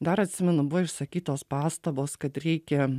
dar atsimenu buvo išsakytos pastabos kad reikia